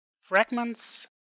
fragments